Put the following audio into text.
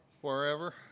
wherever